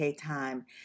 time